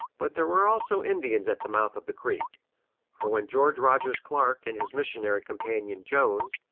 but there were also indians at the mouth of the creek for when george rogers clark and his missionary companion, jones,